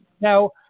Now